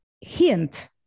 hint